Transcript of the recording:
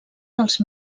dels